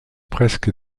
presque